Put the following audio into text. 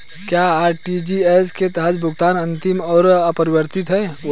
क्या आर.टी.जी.एस के तहत भुगतान अंतिम और अपरिवर्तनीय है?